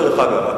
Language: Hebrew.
דרך אגב,